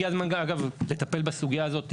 הגיע הזמן אגב לטפל בסוגיה הזו,